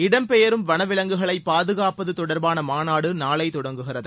இடம்பெயரும் வனவிலங்குகளை பாதுகாப்பது தொடர்பான மாநாடு நாளை தொடங்குகிறது